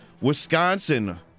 Wisconsin